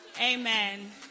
Amen